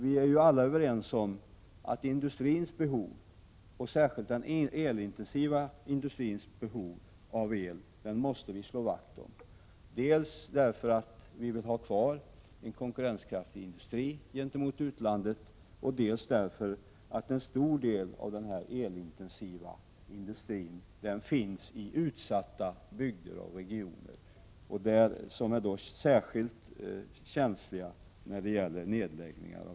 Vi är ju alla överens om att vi måste slå vakt om industrins — och då särskilt den elintensiva — behov av el, dels därför att vi vill ha kvar en gentemot utlandet konkurrenskraftig industri, dels därför att en stor del av den elintensiva industrin är belägen i utsatta bygder och regioner, som är speciellt känsliga för industrinedläggningar.